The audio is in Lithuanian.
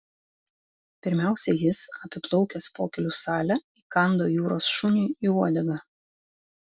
pirmiausia jis apiplaukęs pokylių salę įkando jūros šuniui į uodegą